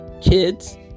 kids